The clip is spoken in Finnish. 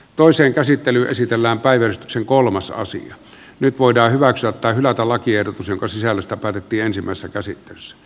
toisen käsittely esitellään päivystyksen kolmas asia nyt voidaan hyväksyä tai hylätä lakiehdotus jonka sisällöstä päätettiin ensimmäisessä käsittelyssä